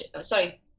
sorry